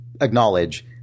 acknowledge